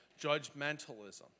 judgmentalism